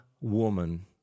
woman